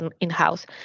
in-house